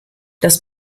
das